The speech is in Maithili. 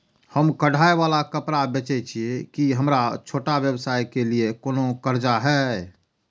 हम कढ़ाई वाला कपड़ा बेचय छिये, की हमर छोटा व्यवसाय के लिये कोनो कर्जा है?